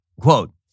Quote